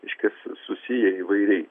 iš ties susiję įvairiai